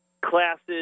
classes